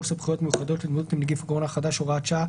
סמכויות מיוחדות להתמודדות עם נגיף הקורונה החדש (הוראת שעה),